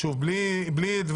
שוב, בלי דברים